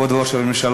כבוד ראש הממשלה.